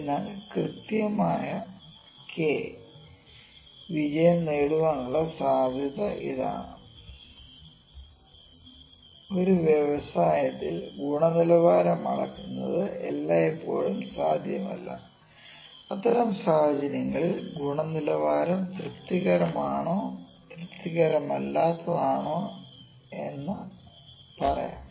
അതിനാൽ കൃത്യമായ k വിജയം നേടാനുള്ള സാധ്യത ഇതാണ് ഒരു വ്യവസായത്തിൽ ഗുണനിലവാരം അളക്കുന്നത് എല്ലായ്പ്പോഴും സാധ്യമല്ല അത്തരം സാഹചര്യങ്ങളിൽ ഗുണനിലവാരം തൃപ്തികരമോ തൃപ്തികരമല്ലാത്തതോ ആണെന്ന് പറയാം